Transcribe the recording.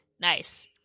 Nice